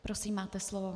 Prosím, máte slovo.